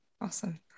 Awesome